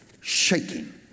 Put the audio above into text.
shaking